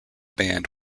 band